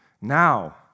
Now